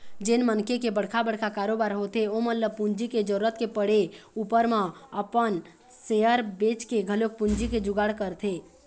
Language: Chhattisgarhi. जेन मनखे के बड़का बड़का कारोबार होथे ओमन ल पूंजी के जरुरत के पड़े ऊपर म अपन सेयर बेंचके घलोक पूंजी के जुगाड़ करथे